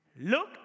Look